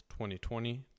2020